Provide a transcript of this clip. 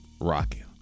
rocking